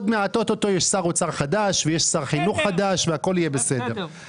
או-טו-טו יהיה שר אוצר חדש ויהיה שר חינוך חדש והכול יהיה בסדר.